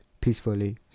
peacefully